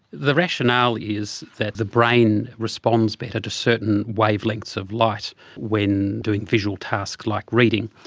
the rationale is that the brain responds better to certain wavelengths of light when doing visual tasks like reading.